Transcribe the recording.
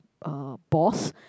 uh boss